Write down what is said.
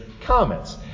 comments